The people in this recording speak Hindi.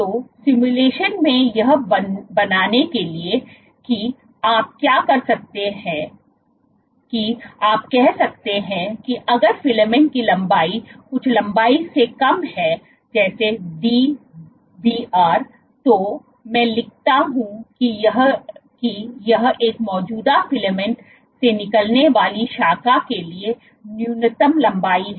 तो सिमुलेशन में यह बनाने के लिए कि आप क्या कर सकते हैं की आप कह सकते हैं कि अगर फिलामेंट की लंबाई कुछ लंबाई से कम है जैसे Dbr तो मैं लिखता हूं यह कि यह एक मौजूदा फिलामेंट से निकलने वाली शाखा के लिए न्यूनतम लंबाई है